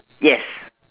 yes